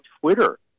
Twitter